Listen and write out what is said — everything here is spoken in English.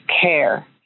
care